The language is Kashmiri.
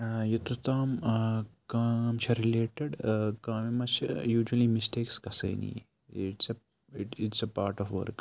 یوٚتَتھ تام کٲم چھےٚ رِلیٹٕڈ کامہِ منٛز چھِ یوٗجؤلی مِسٹیکٕس گژھٲنی it's a it's a part of work